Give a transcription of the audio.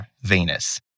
Venus